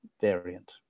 variant